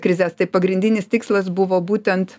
krizes tai pagrindinis tikslas buvo būtent